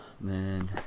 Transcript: Man